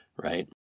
right